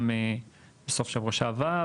גם בסוף שבוע שעבר,